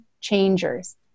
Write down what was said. changers